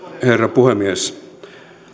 herra puhemies